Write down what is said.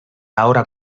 ahora